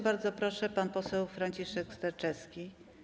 Bardzo proszę, pan poseł Franciszek Sterczewski.